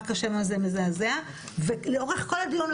רק השם הזה מזעזע ולאורך כל הדיון,